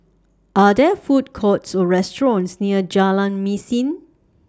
Are There Food Courts Or restaurants near Jalan Mesin